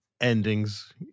endings